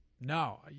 no